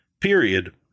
period